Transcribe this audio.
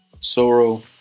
Sorrow